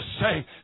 say